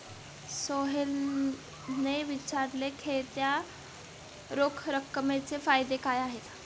सोहेलने विचारले, खेळत्या रोख रकमेचे फायदे काय आहेत?